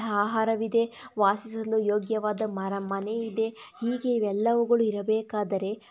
ಆಹಾರವಿದೆ ವಾಸಿಸಲು ಯೋಗ್ಯವಾದ ಮರ ಮನೆ ಇದೆ ಹೀಗೆ ಇವೆಲ್ಲವುಗಳು ಇರಬೇಕಾದರೆ